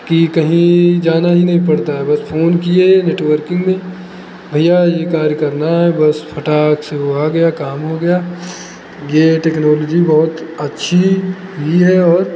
कि कहीं जाना ही नहीं पड़ता है बस फ़ोन किए नेटवर्किंग में भैया ये कार्य करना है बस फटाक से वो आ गया काम हो गया ये टेक्नोलॉजी बहुत अच्छी भी है और